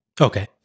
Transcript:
okay